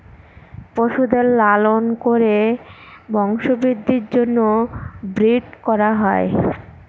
পশুদের লালন করে বংশবৃদ্ধির জন্য ব্রিড করা হয়